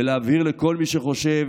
ולהבהיר לכל מי שחושב